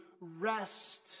rest